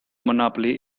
monopoly